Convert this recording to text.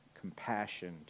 compassion